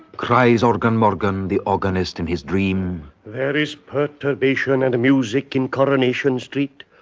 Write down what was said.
cries organ morgan, the organist, in his dream. there is perturbation and music in coronation street!